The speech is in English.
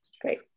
Great